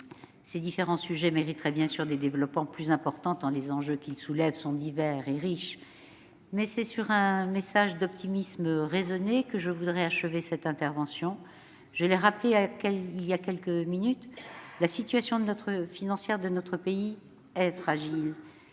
Ces différents sujets mériteraient, bien sûr, des développements plus importants tant les enjeux qu'ils soulèvent sont divers et riches, mais c'est sur un message d'optimisme raisonné que je veux achever mon intervention. Je viens de le rappeler, la situation financière de notre pays est fragile,